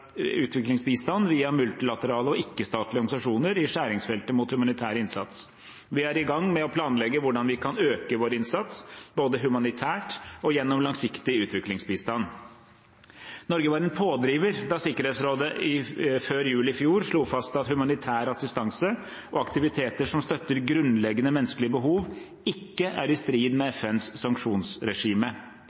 multilaterale og ikke-statlige organisasjoner i skjæringsfeltet mot humanitær innsats. Vi er i gang med å planlegge hvordan vi kan øke vår innsats både humanitært og gjennom langsiktig utviklingsbistand. Norge var en pådriver da Sikkerhetsrådet før jul i fjor slo fast at humanitær assistanse og aktiviteter som støtter grunnleggende menneskelige behov, ikke er i strid med FNs sanksjonsregime.